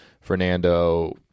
Fernando